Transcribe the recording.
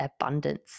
abundance